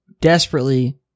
desperately